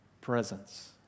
presence